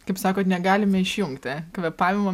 kaip sakot negalime išjungti kvėpavimo